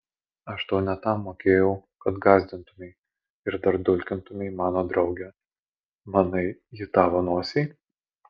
aš tau ne tam mokėjau kad gąsdintumei ir dar dulkintumei mano draugę manai ji tavo nosiai